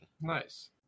Nice